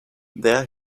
there